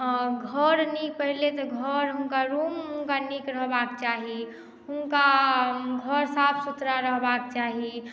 घर नीक पहिले तऽ घर हुनका रूम हुनका नीक रहबाक चाही हुनका घर साफ़ सुथरा रहबाक चाही